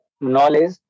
knowledge